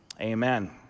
Amen